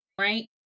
right